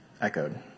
echoed